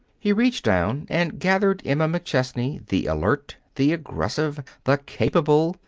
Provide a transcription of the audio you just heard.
he reached down and gathered emma mcchesney, the alert, the aggressive, the capable,